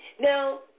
Now